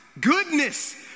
goodness